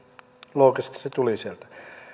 loogisesti se tuli sieltä